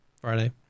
Friday